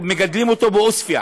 שמגדלים בעוספיא,